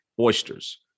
oysters